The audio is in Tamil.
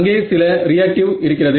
அங்கே சில ரியாக்டிவ் இருக்கிறது